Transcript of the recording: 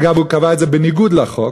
אגב, הוא קבע את זה בניגוד לחוק,